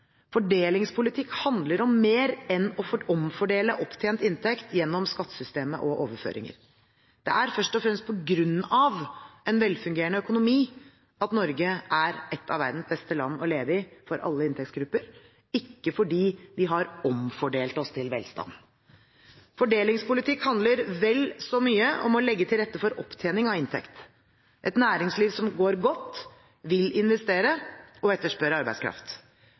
Fordelingspolitikk handler om mer enn å omfordele opptjent inntekt gjennom skattesystemet og overføringer. Det er først og fremst på grunn av en velfungerende økonomi at Norge er ett av verdens beste land å leve i for alle inntektsgrupper – ikke fordi vi har omfordelt oss til velstand. Fordelingspolitikk handler vel så mye om å legge til rette for opptjening av inntekt. Et næringsliv som går godt, vil investere og etterspørre arbeidskraft.